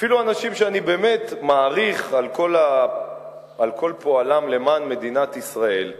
אפילו אנשים שאני באמת מעריך על כל פועלם למען מדינת ישראל,